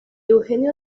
eugenio